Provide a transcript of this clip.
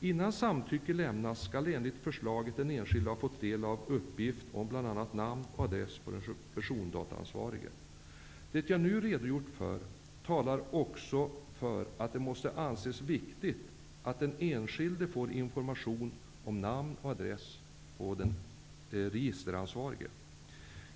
Innan samtycke lämnas skall enligt förslaget den enskilde ha fått del av uppgifterna om bl.a. namn och adress på den persondataansvarige. Det jag nu redogjort för talar också för att det måste anses viktigt att den enskilde får information om den registeransvariges namn och adress.